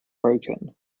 broken